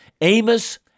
Amos